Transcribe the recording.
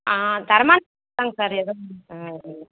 ஆ தரமானது தான்ங்க சார் எதுவும் ஆ ம்